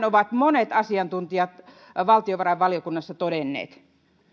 ovat monet asiantuntijat valtiovarainvaliokunnassa todenneet